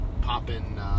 popping